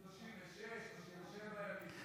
36, 37 ימים.